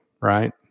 right